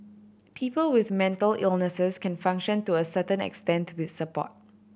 people with mental illnesses can function to a certain extent with support